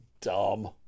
dumb